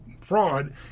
fraud